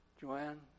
Joanne